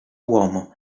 uomo